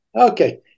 Okay